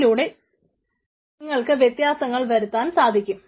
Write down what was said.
അതിലൂടെ നിങ്ങൾക്ക് വ്യത്യാസങ്ങൾ വരുത്താൻ സാധിക്കും